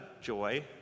joy